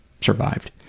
survived